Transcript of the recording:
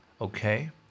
Okay